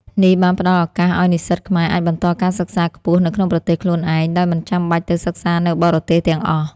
នេះបានផ្តល់ឱកាសឱ្យនិស្សិតខ្មែរអាចបន្តការសិក្សាខ្ពស់នៅក្នុងប្រទេសខ្លួនឯង ដោយមិនចាំបាច់ទៅសិក្សានៅបរទេសទាំងអស់។